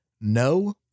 no